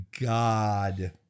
God